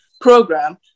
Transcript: program